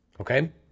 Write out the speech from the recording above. Okay